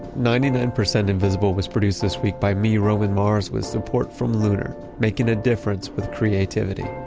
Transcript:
ninety nine percent invisible was produced this week by me, roman mars. with support from lunar, making a difference with creativity.